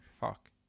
Fuck